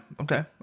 Okay